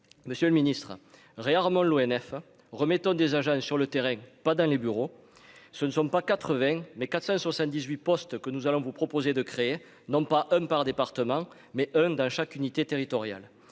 Monsieur le Ministre, rarement l'ONF remettons des agents sur le terrain, pas dans les bureaux, ce ne sont pas 80 mais 478 postes que nous allons vous proposer de créer non pas un par département, mais eux n'un chaque unité territoriale